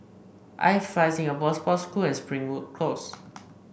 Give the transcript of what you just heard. IFly Singapore Sports School and Springwood Close